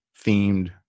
themed